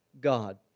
God